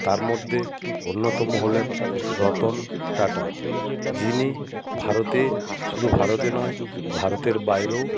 তার মধ্যে অন্যতম হলেন রতন টাটা যিনি ভারতে শুধু ভারতে নয় ভারতের বাইরেও